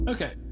Okay